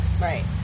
Right